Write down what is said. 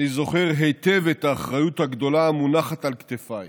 אני זוכר היטב את האחריות הגדולה המונחת על כתפיי